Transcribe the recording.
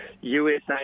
USA